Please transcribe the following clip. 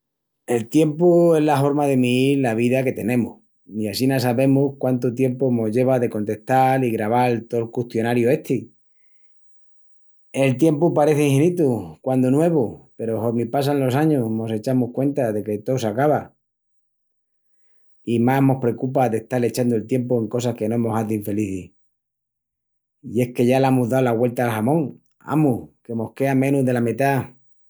El tiempu es la horma de miíl la vida que tenemus, i assina sabemus quántu tiempu mos lleva de contestal i graval tol custionariu esti. El tiempu pareci inhinitu quandu nuevu peru hormi passan los añus mos echamus cuenta que tó s'acaba, i más mos precupa d'estal echandu el tiempu en cosas que no mos hazin felicis. I es que ya l'amus dau la güelta al jamón, amus, que mos quea menus dela metá.